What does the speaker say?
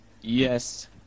Yes